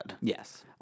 Yes